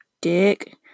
dick